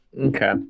Okay